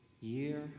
year